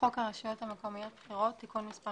חוק הרשויות המקומיות (בחירות) (תיקון מס'